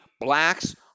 blacks